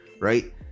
right